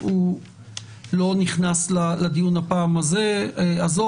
הוא לא נכנס לדיון בפעם הזאת,